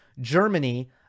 Germany